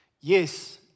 yes